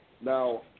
Now